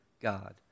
God